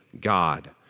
God